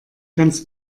ganz